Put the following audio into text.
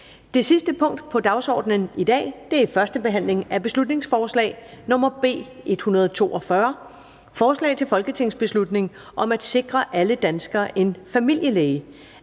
Det sidste punkt på dagsordenen er: 4) 1. behandling af beslutningsforslag nr. B 142: Forslag til folketingsbeslutning om at sikre alle danskere en familielæge.